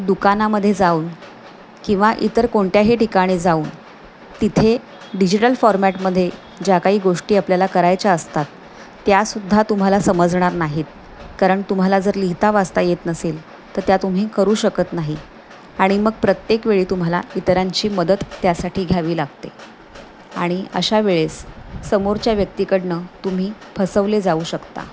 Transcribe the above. दुकानामध्ये जाऊन किंवा इतर कोणत्याही ठिकाणी जाऊन तिथे डिजिटल फॉर्मेटमध्ये ज्या काही गोष्टी आपल्याला करायच्या असतात त्यासुद्धा तुम्हाला समजणार नाहीत कारण तुम्हाला जर लिहिता वाचता येत नसेल तर त्या तुम्ही करू शकत नाही आणि मग प्रत्येक वेळी तुम्हाला इतरांची मदत त्यासाठी घ्यावी लागते आणि अशा वेळेस समोरच्या व्यक्तीकडून तुम्ही फसवले जाऊ शकता